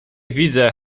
widzę